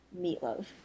Meatloaf